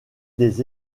des